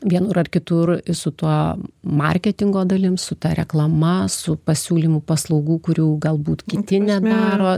vienur ar kitur su tuo marketingo dalim su ta reklama su pasiūlymu paslaugų kurių galbūt kiti nedaro